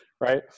Right